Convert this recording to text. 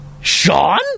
Sean